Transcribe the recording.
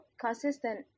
Consistent